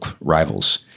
rivals